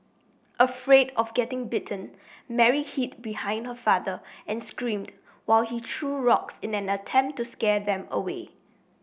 afraid of getting bitten Mary hid behind her father and screamed while he threw rocks in an attempt to scare them away